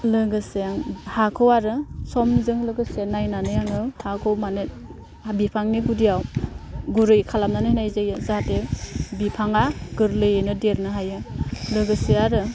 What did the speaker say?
लोगोसे हाखौ आरो समजों लोगोसे नायनानै आङो हाखौ माने बिफांनि गुदियाव गुरै खालामनानै होनाय जायो जाहाथे बिफाङा गोरलैयैनो देरनो हायो लोगोसे आरो